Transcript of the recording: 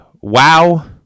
wow